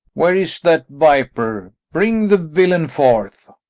where is that viper? bring the villain forth.